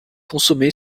consommée